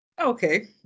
Okay